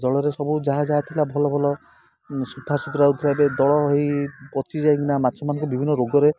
ଜଳରେ ସବୁ ଯାହା ଯାହା ଥିଲା ଭଲ ଭଲ ସଫା ସୁତୁରା ହେଉଥିଲା ଏବେ ଦଳ ହେଇ ପଚି ଯାଇକିନା ମାଛମାନଙ୍କୁ ବିଭିନ୍ନ ରୋଗରେ